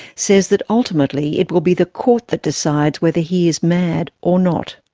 says that ultimately it will be the court that decides whether he is mad or not.